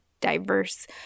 diverse